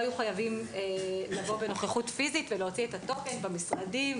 היו חייבים לבוא בנוכחות פיזית ולהוציא את הטוקן במשרדים,